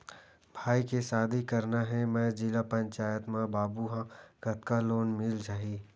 भाई के शादी करना हे मैं जिला पंचायत मा बाबू हाव कतका लोन मिल जाही?